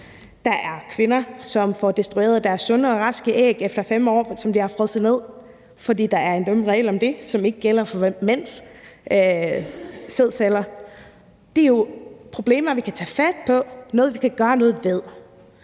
Der er kvinder, som får destrueret deres sunde og raske æg efter 5 år, efter de er blevet frosset ned, fordi der en dum regel om det, som ikke gælder for mænd i forhold til deres sædceller. Det er jo problemer, vi kan tage fat på, noget, vi kan gøre noget ved.